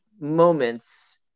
moments